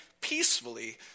peacefully